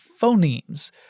phonemes